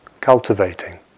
cultivating